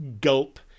Gulp